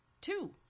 two